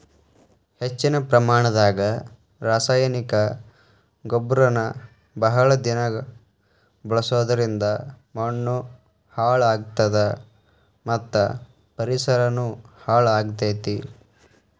ಹೆಚ್ಚಿನ ಪ್ರಮಾಣದಾಗ ರಾಸಾಯನಿಕ ಗೊಬ್ಬರನ ಬಹಳ ದಿನ ಬಳಸೋದರಿಂದ ಮಣ್ಣೂ ಹಾಳ್ ಆಗ್ತದ ಮತ್ತ ಪರಿಸರನು ಹಾಳ್ ಆಗ್ತೇತಿ